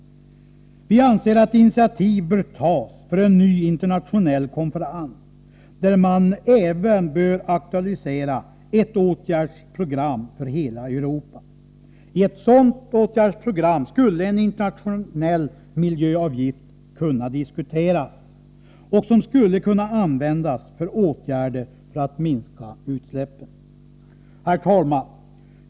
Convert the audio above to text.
Vi anser att initiativ bör tas till en ny internationell konferens, där man även bör aktualisera ett åtgärdsprogram för hela Europa. I ett sådant åtgärdsprogram skulle en internationell miljöavgift kunna diskuteras, vilken skulle kunna användas till åtgärder för att minska utsläppen. Herr talman!